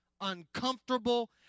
uncomfortable